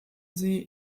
sie